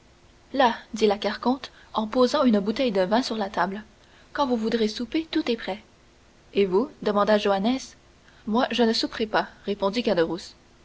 là dit la carconte en posant une bouteille de vin sur la table quand vous voudrez souper tout est prêt et vous demanda joannès moi je ne souperai pas répondit